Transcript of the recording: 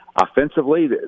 offensively